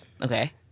Okay